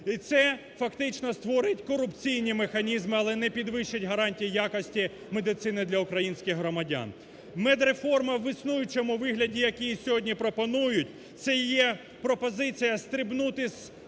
І це фактично створить корупційні механізми, але не підвищить гарантії якості медицини для українських громадян. Медреформа в існуючому вигляді, як її сьогодні пропонують, це є пропозиція стрибнути з